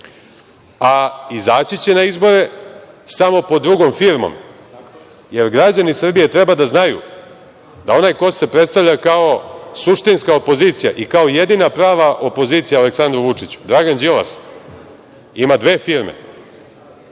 a izaći će na izbore, samo pod drugom firmom. Građani Srbije treba da znaju da onaj ko se predstavlja kao suštinska opozicija i kao jedina prava opozicija Aleksandru Vučiću, Dragan Đilas ima dve firme.